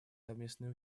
совместные